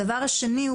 הדבר השני,